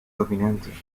dominante